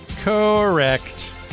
correct